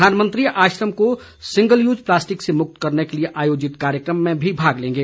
प्रधानमंत्री आश्रम को सिंगल यूज प्लास्टिक से मुक्त करने के लिए आयोजित कार्यक्रम में भी भाग लेंगे